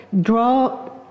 draw